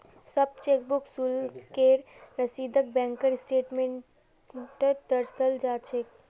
सब चेकबुक शुल्केर रसीदक बैंकेर स्टेटमेन्टत दर्शाल जा छेक